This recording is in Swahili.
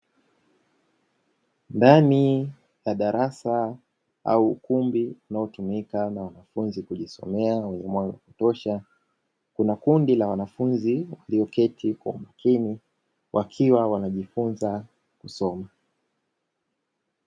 Ndani ya darasa au ukumbi unaotumika na wanafunzi kujisomea wenye mwanga wa kutosha, kuna kundi la wanafunzi walioketi kwa umakini wakiwa wanajifunza somo.